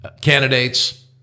candidates